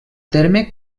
terme